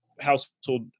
household